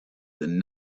than